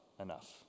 enough